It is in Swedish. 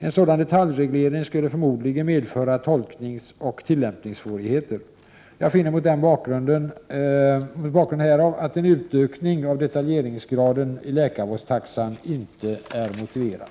En sådan detaljreglering skulle förmodligen medföra tolkningsoch tillämpningssvårigheter. Jag finner mot bakgrund härav att en utökning i detaljeringsgraden av läkarvårdstaxan inte är motiverad.